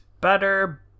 better